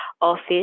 office